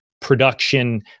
production